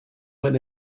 where